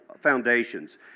foundations